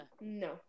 No